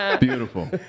beautiful